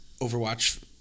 Overwatch